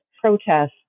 protests